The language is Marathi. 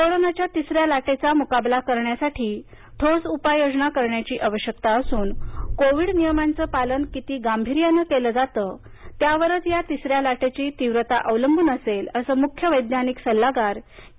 कोरोनाच्या तिसऱ्या लाटेचा मुकाबला करण्यासाठी ठोस उपाय योजना करण्याची आवश्यकता असून कोविड नियमाच पालन किती गाभिर्यान केलं जातं त्यावरच या तिसऱ्या लाटेची तीव्रता अवलबून असेल असं मुख्य वैज्ञानिक सल्लागार के